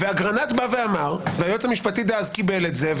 אגרנט ואמר והיועץ המשפטי דאז קיבל את זה,